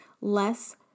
less